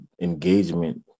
engagement